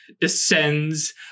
descends